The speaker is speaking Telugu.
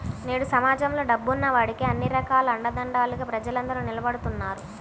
నేడు సమాజంలో డబ్బున్న వాడికే అన్ని రకాల అండదండలుగా ప్రజలందరూ నిలబడుతున్నారు